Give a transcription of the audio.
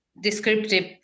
descriptive